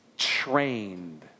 Trained